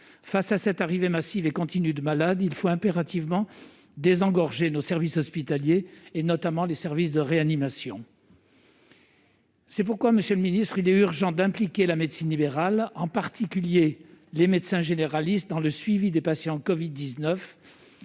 face à cette arrivée massive et continue de malades, il faut impérativement désengorger nos services hospitaliers et notamment les services de réanimation. C'est pourquoi monsieur le ministre, il est urgent d'impliquer la médecine libérale, en particulier les médecins généralistes dans le suivi des patients Covid 19